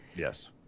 Yes